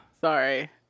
Sorry